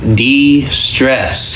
de-stress